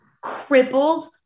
crippled